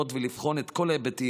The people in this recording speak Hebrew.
האפשרויות ולבחון את כל ההיבטים,